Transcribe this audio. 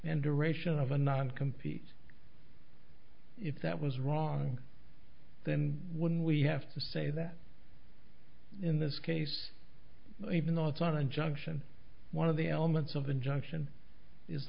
and duration of a non compete if that was wrong then when we have to say that in this case even though it's an injunction one of the elements of the injunction is